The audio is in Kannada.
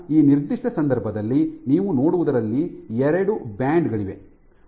ಈ ನಿರ್ದಿಷ್ಟ ಸಂದರ್ಭದಲ್ಲಿ ನೀವು ನೋಡುವುದರಲ್ಲಿ ಎರಡು ಬ್ಯಾಂಡ್ ಗಳಿವೆ